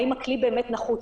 האם הכלי מאוד נחוץ?